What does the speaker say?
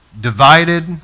divided